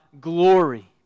glory